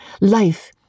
life